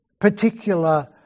particular